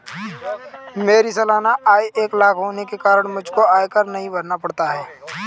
मेरी सालाना आय एक लाख होने के कारण मुझको आयकर नहीं भरना पड़ता